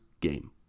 game